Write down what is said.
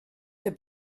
the